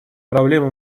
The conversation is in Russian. проблемы